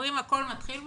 אומרים שהכל מתחיל בחינוך,